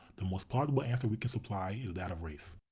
the most plausible answer we can supply is that of race.